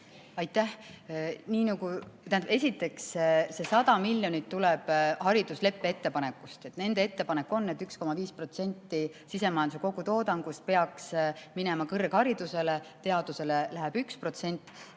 Aitäh! Esiteks, see 100 miljonit tuleb haridusleppe ettepanekust. Nende ettepanek on, et 1,5% sisemajanduse kogutoodangust peaks minema kõrgharidusele, teadusele läheb 1%.